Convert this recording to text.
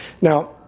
Now